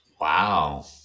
Wow